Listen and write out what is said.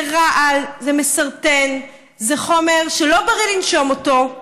זה רעל, זה מסרטן, זה חומר שלא בריא לנשום אותו.